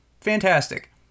Fantastic